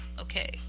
okay